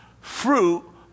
fruit